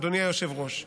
אדוני היושב-ראש.